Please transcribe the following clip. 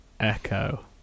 echo